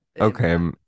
Okay